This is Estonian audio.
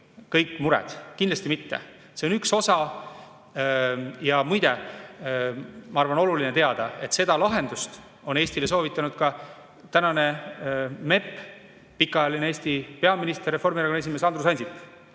kõik mured. Kindlasti mitte. See on üks osa. Muide, ma arvan, on oluline teada, et seda lahendust on Eestile soovitanud ka tänane MEP, pikaajaline Eesti peaminister, Reformierakonna esimees Andrus Ansip.